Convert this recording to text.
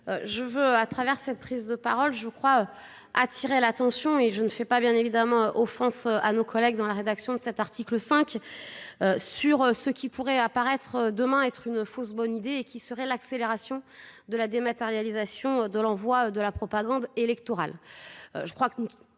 Je veux, à travers cette prise de parole, je crois attirer l'attention et je ne fais pas bien évidemment offense à nos collègues dans la rédaction de cet article 5 sur ce qui pourrait apparaître demain être une fausse bonne idée et qui serait l'accélération de la dématérialisation de l'envoi de la propagande électorale.